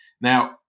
Now